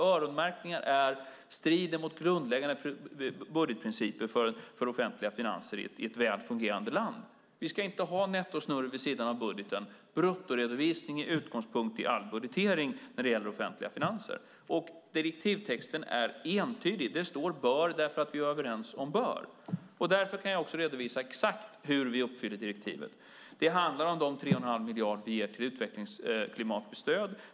Öronmärkningar strider mot grundläggande budgetprinciper för offentliga finanser i ett väl fungerande land. Vi ska inte ha nettosnurr vid sidan om budgeten. Bruttoredovisning är utgångspunkten i all budgetering när det gäller offentliga finanser. Direktivtexten är entydig. Det står bör därför att vi är överens om bör . Därför kan jag också redovisa exakt hur vi uppfyller direktivet. Det handlar om de 3 1⁄2 miljarder vi ger till utveckling, klimat och stöd.